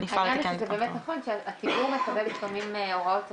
העניין הוא שזה באמת נכון שהציבור מקבל לפעמים הוראות סותרות,